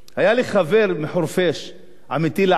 מזכיר מועצת הפועלים בשנות ה-80.